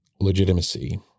legitimacy